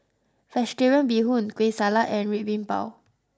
Vegetarian Bee Hoon Kueh Salat and Red Bean Bao